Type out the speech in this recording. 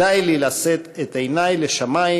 די לי לשאת את עיני לשמים,